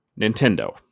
Nintendo